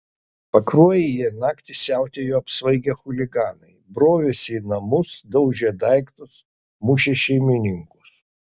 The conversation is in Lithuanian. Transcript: pakruojyje naktį siautėjo apsvaigę chuliganai brovėsi į namus daužė daiktus mušė šeimininkus